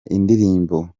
indirimbo